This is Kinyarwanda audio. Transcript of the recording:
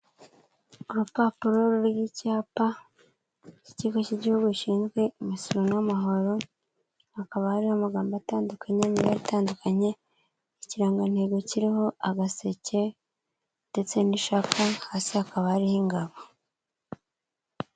Urupapuro ruriho icyapa cy'ikigo cy'igihugu gishinzwe imisoro n'amahoro, hakaba hariho amagambo atandukanye, imibare itandukanye, ikirangantego kiriho agaseke ndetse n'ishaka hasi hakaba hariho ingabo.